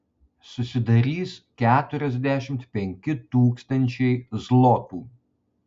susidarys keturiasdešimt penki tūkstančiai zlotų